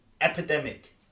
epidemic